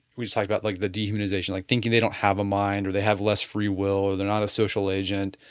we start about like the dehumanization like thinking they don't have a mind or they have less free will or they are not a social agent.